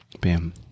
Bam